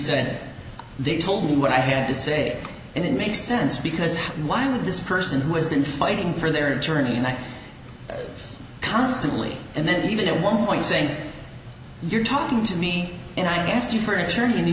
said they told me what i had to say and it makes sense because why would this person who has been fighting for their attorney and i constantly and then even at one point saying you're talking to me and i asked you for an attorney